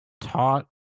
taught